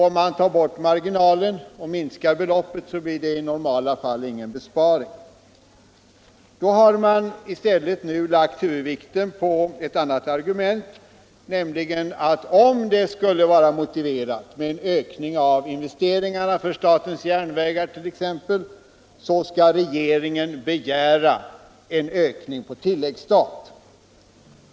Om man tar bort marginalen och minskar beloppet blir det alltså i normala fall ingen besparing. Då har man i stället lagt huvudvikten på ett annat argument, nämligen att om det skulle vara motiverat med en ökning av investeringarna för t.ex. statens järnvägar skall regeringen begära en ökning på tilläggsstat.